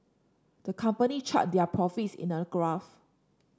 the company charted their profits in a graph